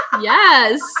Yes